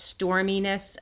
storminess